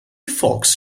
fox